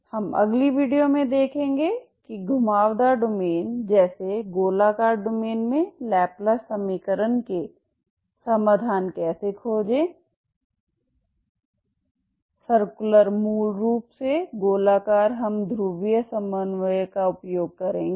हम अगले वीडियो में देखेंगे कि घुमावदार डोमेन जैसे गोलाकार डोमेन में लैपलेस समीकरण के समाधान कैसे खोजें सर्कुलर मूल रूप से गोलाकार हम ध्रुवीय समन्वय का उपयोग करेंगे